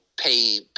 pay